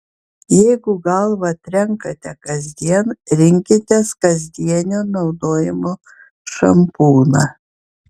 jeigu galvą trenkate kasdien rinkitės kasdienio naudojimo šampūną